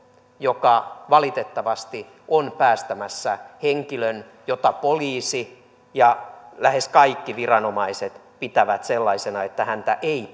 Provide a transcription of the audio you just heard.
joka valitettavasti on päästämässä vapaaksi henkilön jota poliisi ja lähes kaikki viranomaiset pitävät sellaisena että häntä ei